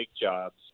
jobs